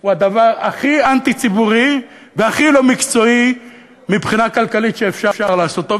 הוא הדבר הכי אנטי-ציבורי והכי לא מקצועי מבחינה כלכלית שאפשר לעשותו,